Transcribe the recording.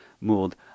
Mould